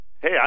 Hey